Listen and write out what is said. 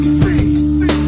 see